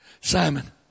Simon